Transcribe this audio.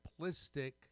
simplistic